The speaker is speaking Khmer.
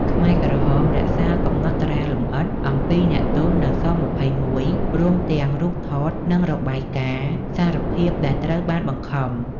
ខ្មែរក្រហមរក្សាកំណត់ត្រាលម្អិតអំពីអ្នកទោសនៅ ស-២១ រួមទាំងរូបថត និងរបាយការណ៍សារភាពដែលត្រូវបានបង្ខំ។